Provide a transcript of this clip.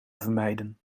vermijden